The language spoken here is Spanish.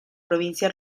provincia